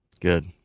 Good